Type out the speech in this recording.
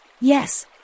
Yes